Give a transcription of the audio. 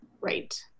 Right